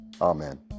Amen